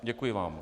Děkuji vám.